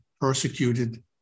persecuted